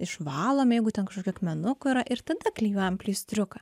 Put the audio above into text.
išvalom jeigu tenka akmenukų yra ir tada klijuojam pleistriuką